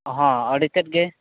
ᱦᱮᱸ ᱟᱹᱰᱤ ᱛᱮᱫᱜᱮ